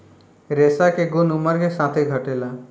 रेशा के गुन उमर के साथे घटेला